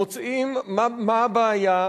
מוצאים מה הבעיה,